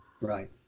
Right